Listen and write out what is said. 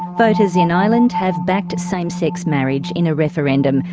voters in ireland have backed same-sex marriage in a referendum,